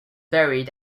buried